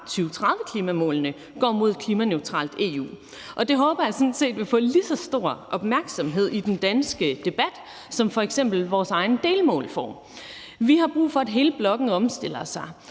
fra 2030-klimamålene går imod et klimaneutralt EU. Det håber jeg sådan set vil få lige så stor opmærksomhed i den danske debat, som f.eks. vores egne delmål får. Vi har brug for, at hele blokken omstiller sig,